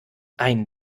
ein